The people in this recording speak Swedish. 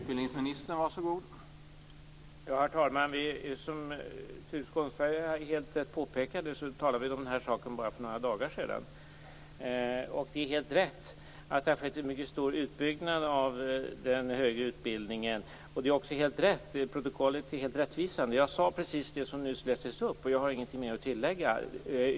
Herr talman! Som Tuve Skånberg helt riktigt påpekade talade vi om den här saken bara för några dagar sedan. Det är helt rätt att det har skett en mycket stor utbyggnad av den högre utbildningen. Protokollet är också helt rättvisande. Jag sade precis det som nyss lästes upp, och jag har ingenting mer att tillägga.